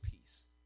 peace